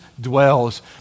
dwells